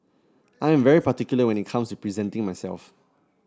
I am very particular when it comes to presenting myself